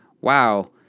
wow